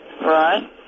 Right